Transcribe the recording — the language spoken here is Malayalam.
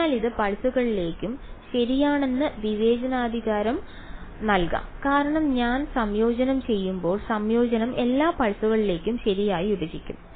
അതിനാൽ അത് പൾസുകളിലേക്കും ശരിയാണെന്ന് വിവേചനാധികാരം നൽകാം കാരണം ഞാൻ സംയോജനം ചെയ്യുമ്പോൾ സംയോജനം എല്ലാ പൾസുകളിലേക്കും ശരിയായി വിഭജിക്കും